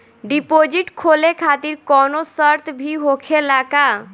Deposit खोले खातिर कौनो शर्त भी होखेला का?